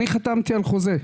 אני חתמתי על חוזה,